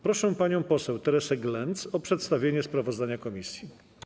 Proszę panią poseł Teresę Glenc o przedstawienie sprawozdania komisji.